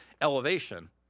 elevation